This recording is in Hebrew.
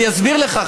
אני אסביר לך,